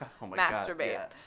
masturbate